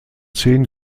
zehn